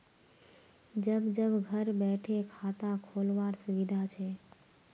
जब जब घर बैठे खाता खोल वार सुविधा छे